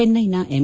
ಚೆನ್ನೈನ ಎಂ